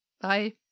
Bye